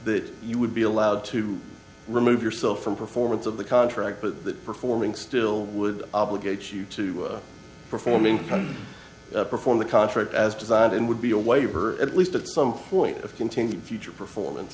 that you would be allowed to remove yourself from performance of the contract but that performing still would obligates you to performing perform the contract as designed and would be a waiver at least at some point of continued future performance